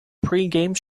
pregame